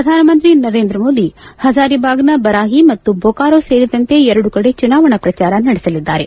ಪ್ರಧಾನಮಂತ್ರಿ ನರೇಂದ್ರ ಮೋದಿ ಹಜಾರಿಭಾಗ್ ನ ಬರಾಹಿ ಮತ್ತು ಬೊಕಾರೊ ಸೇರಿದಂತೆ ಎರಡು ಕಡೆ ಚುನಾವಣಾ ಪ್ರಚಾರ ನಡೆಸಲಿದ್ದಾರೆ